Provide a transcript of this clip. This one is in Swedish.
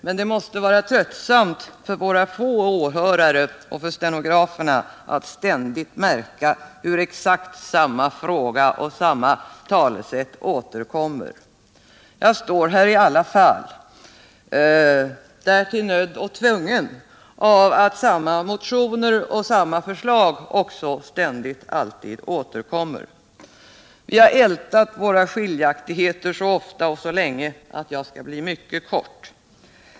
Men det måste vara tröttsamt för våra få åhörare och för stenograferna att ständigt märka hur exakt samma fråga och samma talesätt återkommer. Jag står här i alla fall, därtill nödd och tvungen på grund av att samma motioner och samma förslag också ständigt återkommer. Vi har ältat våra skiljaktiga uppfattningar så ofta och så länge att jag skall fatta mig mycket kort.